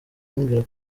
kumbwira